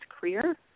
career